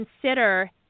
consider –